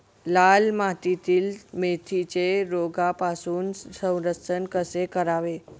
लाल मातीतील मेथीचे रोगापासून संरक्षण कसे करावे?